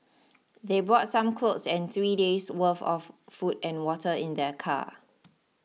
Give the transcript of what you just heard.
they brought some clothes and three days' worth of food and water in their car